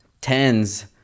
tens